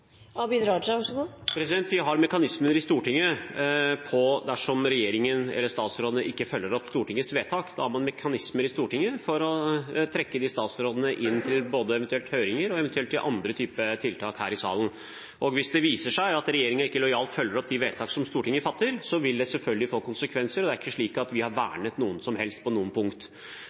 Vi har mekanismer i Stortinget dersom regjeringen eller statsrådene ikke følger opp Stortingets vedtak. Da har man mekanismer i Stortinget for eventuelt å kalle statsrådene inn til høringer, eventuelt andre typer tiltak her i salen. Og hvis det viser seg at regjeringen ikke lojalt følger opp de vedtak som Stortinget fatter, vil det selvfølgelig få konsekvenser. Det er ikke slik at vi har